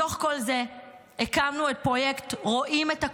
מתוך כל זה הקמנו את פרויקט "רואים את הקולות",